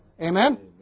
Amen